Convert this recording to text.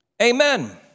Amen